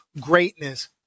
greatness